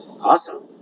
Awesome